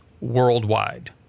worldwide